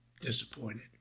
disappointed